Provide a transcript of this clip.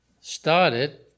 started